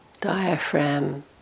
diaphragm